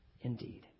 indeed